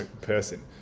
person